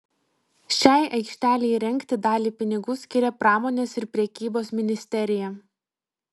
šiai aikštelei įrengti dalį pinigų skiria pramonės ir prekybos ministerija